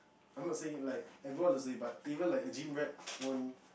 I'm not saying like everyone is it but like even like a gym rat won't